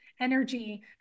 energy